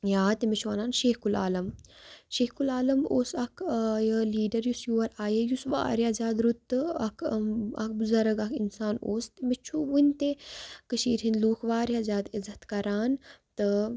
یاد تٔمِس چھِ وَنان شیخ العالم شیخ العالم اوس اَکھ یہِ لیٖڈَر یُس یور آیے یُس واریاہ زیادٕ رُت تہٕ اَکھ اَکھ بُزرٕگ اَکھ اِنسان اوس تٔمِس چھُ وُنہِ تہِ کٔشیٖرِ ہِنٛدۍ لُکھ واریاہ زیادٕ عزت کَران تہٕ